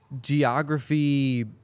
geography